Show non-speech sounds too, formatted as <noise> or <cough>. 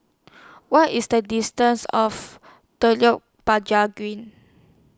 What IS The distance of Telok <unintelligible> Green